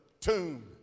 tomb